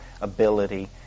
ability